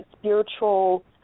spiritual